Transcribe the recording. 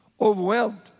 Overwhelmed